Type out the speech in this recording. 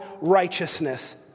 righteousness